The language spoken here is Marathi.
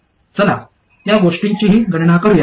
चला त्या गोष्टींचीही गणना करूया